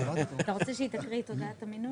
אתה רוצה שהיא תקריא את הודעת המינוי?